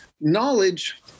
knowledge